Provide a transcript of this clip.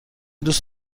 دوست